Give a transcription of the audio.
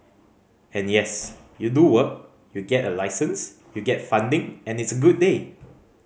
and yes you do work you get a license you get funding and it's a good day